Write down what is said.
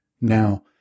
Now